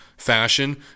fashion